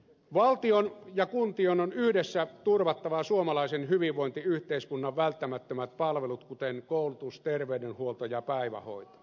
valtion ja kuntien on yhdessä turvattava suomalaisen hyvinvointiyhteiskunnan välttämättömät palvelut kuten koulutus terveydenhuolto ja päivähoito